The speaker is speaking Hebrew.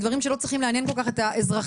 דברים שלא צריכים לעניין כל כך את האזרחים